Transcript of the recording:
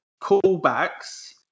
callbacks